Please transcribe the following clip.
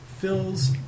fills